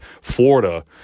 Florida